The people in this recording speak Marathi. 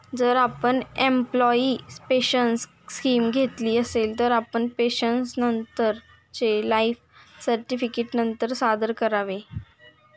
जर आपण एम्प्लॉयी पेन्शन स्कीम घेतली असेल, तर आपण पेन्शनरचे लाइफ सर्टिफिकेट नंतर सादर करावे